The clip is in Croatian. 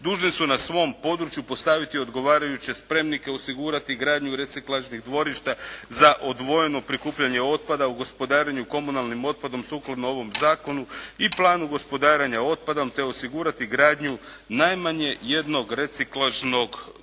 dužni su na svom području postaviti odgovarajuće spremnike, osigurati gradnju reciklažnih dvorišta za odvojeno prikupljanje otpada u gospodarenju komunalnim otpadom sukladno ovo zakonu i planu gospodarenja otpadom te osigurati gradnju najmanje jednog reciklažnog dvorišta